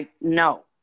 no